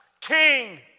king